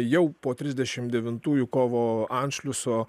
jau po trisdešimt devintųjų kovo anšliuso